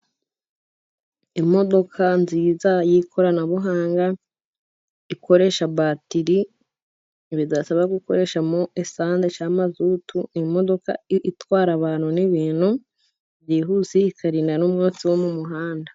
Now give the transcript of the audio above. Imodoka nziza yikoranabuhanga ikoresha batiri bidasaba gukoresha mo esanse, badashiramo mazutu imodoka itwara abantu n'ibintu byihuse ikarinda n'umwotsi wo mumuhanda.